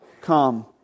come